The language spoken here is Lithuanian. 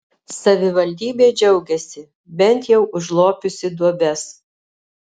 savivaldybė džiaugiasi bent jau užlopiusi duobes